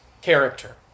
character